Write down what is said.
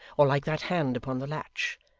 or like that hand upon the latch,